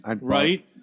Right